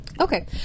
Okay